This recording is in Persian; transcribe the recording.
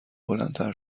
بلندتر